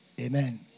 Amen